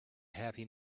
happy